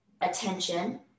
attention